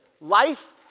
life